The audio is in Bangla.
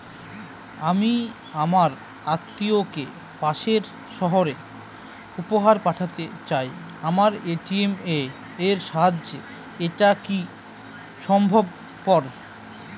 আমি আমার আত্মিয়কে পাশের সহরে উপহার পাঠাতে চাই আমার এ.টি.এম এর সাহায্যে এটাকি সম্ভবপর?